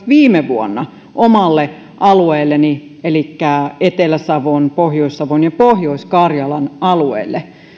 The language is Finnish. viime vuonna omalle alueelleni elikkä etelä savon pohjois savon ja pohjois karjalan alueille